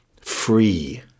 free